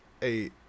Hey